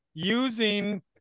Using